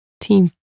team